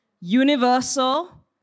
universal